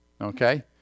Okay